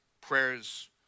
Prayers